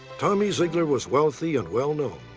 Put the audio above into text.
tommy zeigler was wealthy and well-known.